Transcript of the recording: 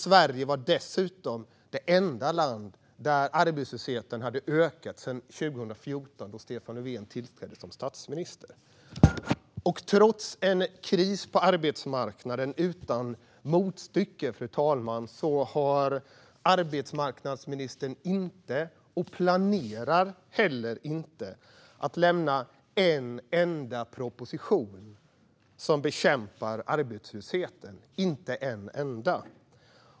Sverige var dessutom det enda landet där arbetslösheten hade ökat sedan 2014, då Stefan Löfven tillträdde som statsminister. Trots en kris på arbetsmarknaden utan motstycke, fru talman, har arbetsmarknadsministern inte lämnat och planerar heller inte att lämna en enda proposition om att bekämpa arbetslösheten. Inte en enda.